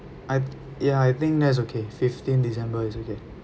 I yeah I think that is okay fifteen december is okay